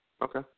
Okay